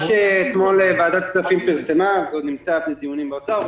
מה שפרסמה אתמול ועדת הכספים עוד נמצא בדיונים באוצר.